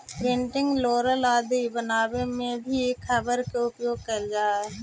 printing roller आदि बनावे में भी रबर के उपयोग कैल जा हइ